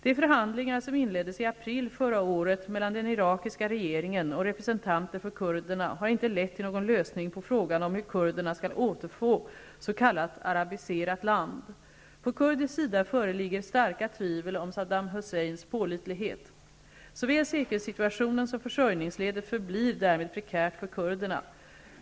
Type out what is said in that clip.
De förhandlingar som inleddes i april förra året mellan den irakiska regeringen och representanter för kurderna har inte lett till någon lösning på frågan om hur kurderna skall återfå s.k. arabiserat land. På kurdisk sida föreligger starka tvivel om Saddam Husseins pålitlighet. Såväl säkerhetssituationen som försörjningsläget förblir därmed prekärt för kurderna.